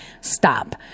Stop